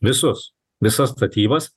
visus visas statybas